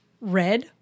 Red